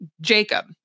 Jacob